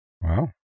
Wow